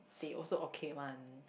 they also okay one